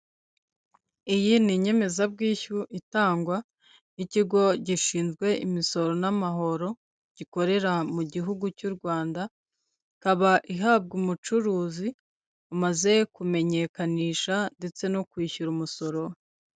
Iyi ni inyemezabwishyu itangwa n'ikigo gishinzwe imisoro n'amahoro gikorera mu gihugu cy'u Rwanda, ikaba ihabwa umucuruzi umaze kumenyekanisha ndetse no kwishyura umusoro.